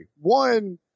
One